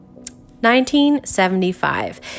1975